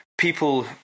People